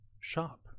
shop